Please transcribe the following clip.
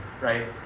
right